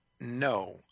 No